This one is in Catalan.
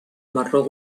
marró